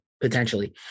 potentially